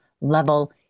level